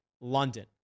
London